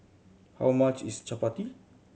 how much is chappati